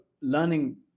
learning